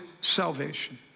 salvation